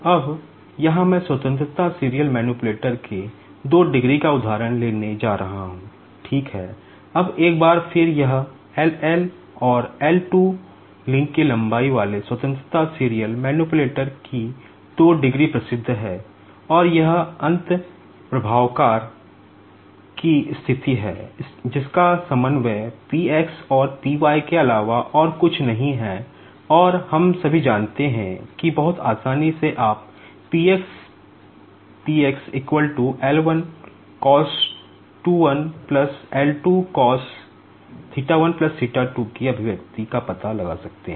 अब यहाँ मैं स्वतंत्रता सीरियल मैनिपुलेटर की अभिव्यक्ति का पता लगा सकते हैं